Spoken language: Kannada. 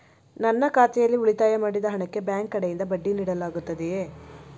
ನನ್ನ ಖಾತೆಯಲ್ಲಿ ಉಳಿತಾಯ ಮಾಡಿದ ಹಣಕ್ಕೆ ಬ್ಯಾಂಕ್ ಕಡೆಯಿಂದ ಬಡ್ಡಿ ನೀಡಲಾಗುತ್ತದೆಯೇ?